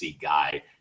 guy